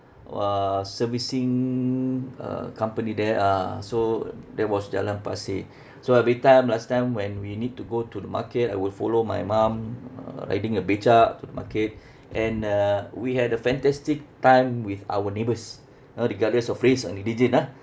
uh servicing a company there ah so that was jalan pasir so everytime last time when we need to go to the market I would follow my mum uh riding a beca to the market and uh we had a fantastic time with our neighbours you know regardless of race and religion ah